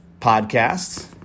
podcasts